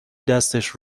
دستش